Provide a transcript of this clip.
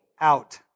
out